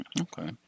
Okay